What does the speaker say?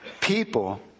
people